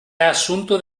asunto